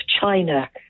China